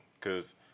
cause